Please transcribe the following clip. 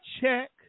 check